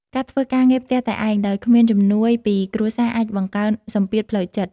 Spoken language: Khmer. ការធ្វើការងារផ្ទះតែឯង ដោយគ្មានជំនួយពីគ្រួសារអាចបង្កើនសំពាធផ្លូវចិត្ត។